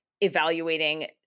evaluating